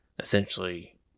essentially